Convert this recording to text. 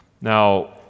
Now